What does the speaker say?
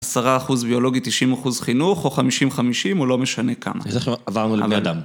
עשרה אחוז ביולוגי, תשעים אחוז חינוך, או חמישים-חמישים, או לא משנה כמה. אז איך עב-עברנו לבני אדם?